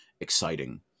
exciting